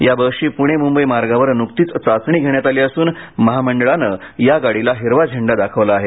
या बसची प्रणे मुंबई मार्गावर नुकतीच चाचणी घेण्यात आली असून महामंडळानं या गाडीला हिरवा झेंडा दाखवला आहे